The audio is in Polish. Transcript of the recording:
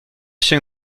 się